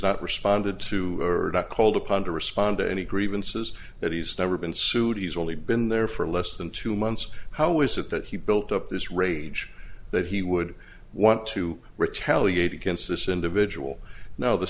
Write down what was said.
not responded to her doc called upon to respond to any grievances that he's never been sued he's only been there for less than two months how is it that he built up this rage that he would want to retaliate against this individual now the